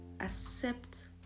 accept